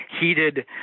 heated